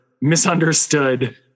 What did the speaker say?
misunderstood